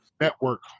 network